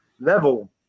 level